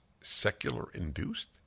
secular-induced